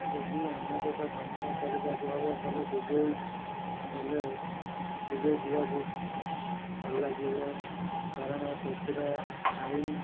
ଯଦି ଅନ୍ୟ ଦେଶ ଭ୍ରମଣ କରିବାକୁ ହେବ ତାହେଲେ ଦୁବାଇ ଗଲେ ଦୁବାଇ ଯିବାକୁ ଭଲ ଲାଗିବ କାରଣ ସେଥିର ଆଇନ